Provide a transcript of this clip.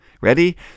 Ready